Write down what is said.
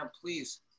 please